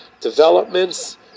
Developments